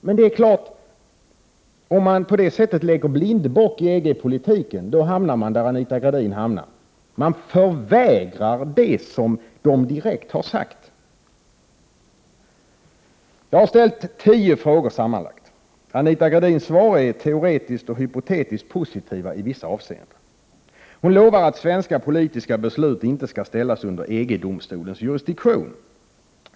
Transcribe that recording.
Men det är klart, om man på det sättet leker blindbock i EG-politiken, hamnar man där Anita Gradin hamnar. Man förnekar det som direkt har sagts. Jag har ställt sammanlagt tio frågor. Anita Gradins svar är teoretiskt och hypotetiskt positiva i vissa avseenden. Hon lovar att svenska politiska beslut inte skall ställas under EG-domstolens jurisdiktion.